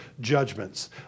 judgments